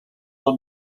del